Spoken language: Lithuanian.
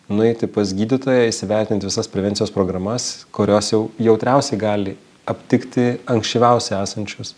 nueiti pas gydytoją įsivertint visas prevencijos programas kurios jau jautriausiai gali aptikti ankščyviausiai esančius